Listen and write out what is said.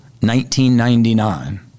1999